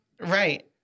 Right